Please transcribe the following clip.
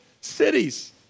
cities